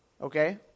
okay